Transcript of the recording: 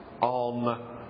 on